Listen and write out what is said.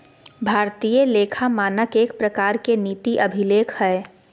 भारतीय लेखा मानक एक प्रकार के नीति अभिलेख हय